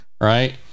right